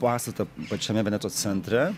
pastatą pačiame venecijos centre